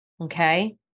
okay